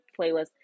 playlist